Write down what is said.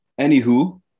Anywho